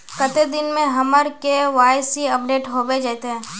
कते दिन में हमर के.वाई.सी अपडेट होबे जयते?